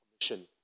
commission